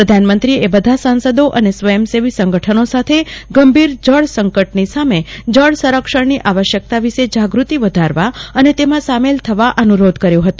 પ્રધાનમંત્રીએ બધા સાંસદો અને સ્વયંસેવી સંગઠનો સાથે ગંભીર જળસંટકની સામે જળ સંરક્ષણની આવશ્યકતા વિશે જાગૃતિ વધારવા અને તેમાં સામેલ થવા અનુરોધ કર્યો હતો